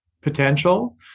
potential